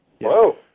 Whoa